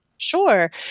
Sure